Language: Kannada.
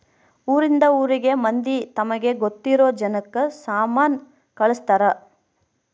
ಊರಿಂದ ಊರಿಗೆ ಮಂದಿ ತಮಗೆ ಗೊತ್ತಿರೊ ಜನಕ್ಕ ಸಾಮನ ಕಳ್ಸ್ತರ್